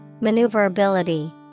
Maneuverability